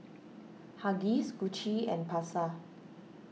Huggies Gucci and Pasar